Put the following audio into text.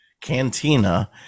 cantina